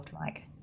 Mike